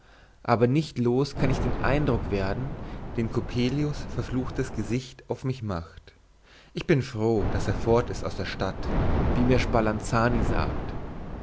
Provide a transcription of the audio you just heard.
aber nicht los kann ich den eindruck werden den coppelius verfluchtes gesicht auf mich macht ich bin froh daß er fort ist aus der stadt wie mir spalanzani sagt